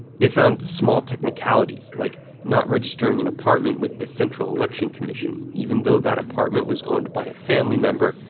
they found small technicalities, like not registering an apartment with the central election commission even though that apartment was owned by a family member,